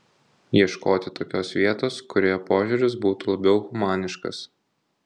ieškoti tokios vietos kurioje požiūris būtų labiau humaniškas